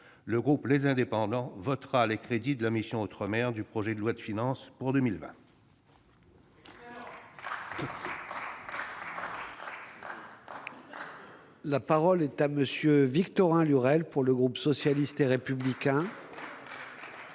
le groupe Les Indépendants votera les crédits de la mission « Outre-mer » du projet de loi de finances pour 2020.